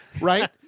right